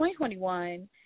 2021